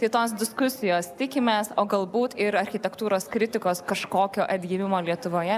tai tos diskusijos tikimės o galbūt ir architektūros kritikos kažkokio atgimimo lietuvoje